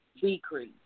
decrease